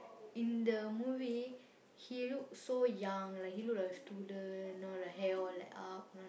in the movie he look so young like he look like a student you know the hair all like up you know